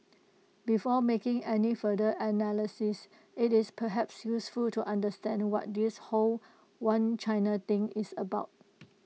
before making any further analysis IT is perhaps useful to understand what this whole one China thing is about